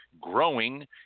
growing